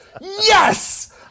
yes